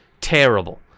terrible